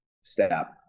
step